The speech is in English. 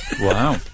Wow